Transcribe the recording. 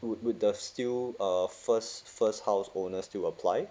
would would the still err first first house owner still apply